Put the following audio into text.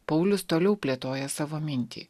paulius toliau plėtoja savo mintį